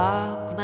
Walk